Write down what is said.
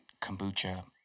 Kombucha